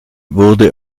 wurde